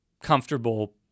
comfortable